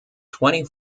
twenty